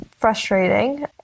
frustrating